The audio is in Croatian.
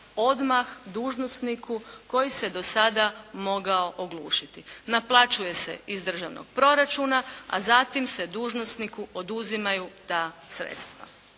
odmah dužnosniku koji se do sada mogao oglušiti. Naplaćuje se iz državnog proračuna, a zatim se dužnosniku oduzimaju ta sredstva.